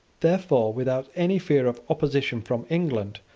therefore, without any fear of opposition from england,